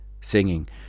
singing